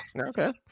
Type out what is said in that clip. Okay